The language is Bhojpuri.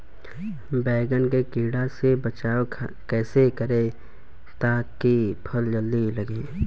बैंगन के कीड़ा से बचाव कैसे करे ता की फल जल्दी लगे?